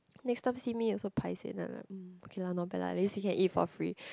next time see me also paiseh then I like mm okay lah not bad lah at least can eat for free